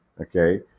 Okay